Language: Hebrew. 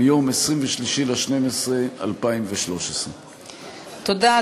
מיום 23 בדצמבר 2013. תודה,